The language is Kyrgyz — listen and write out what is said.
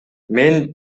мен